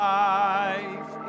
life